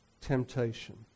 temptation